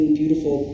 beautiful